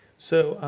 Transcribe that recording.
so,